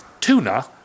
tuna